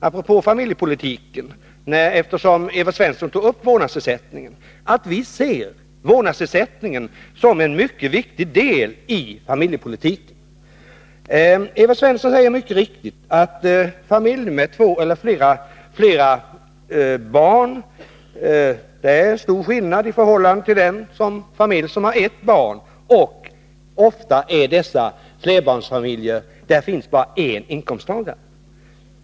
Apropå familjepolitiken — Evert Svensson tog upp vårdnadsersättningen — vill jag säga att vi ser vårdnadsersättningen som en mycket viktig del i familjepolitiken. Evert Svensson säger mycket riktigt att det är en stor skillnad mellan en familj med två eller flera barn och en familj med ett barn. Ofta finns i dessa flerbarnsfamiljer bara en inkomsttagare.